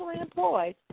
employed